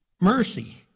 Mercy